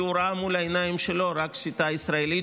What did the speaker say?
כי הוא ראה מול העיניים שלו רק שיטה ישראלית,